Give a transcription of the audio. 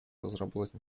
разработать